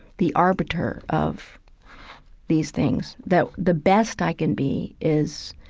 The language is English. the arbiter of these things, that the best i can be is